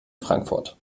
frankfurt